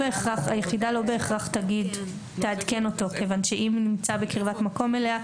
היחידה לא בהכרח תעדכן אותו כיוון שאם הוא נמצא בקרבת מקום אליה,